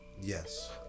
yes